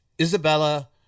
isabella